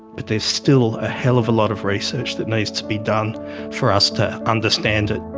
but there is still a hell of a lot of research that needs to be done for us to understand it.